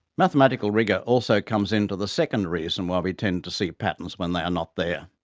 mathematical rigour also comes in to the second reason why we tend to see patterns when they are not there,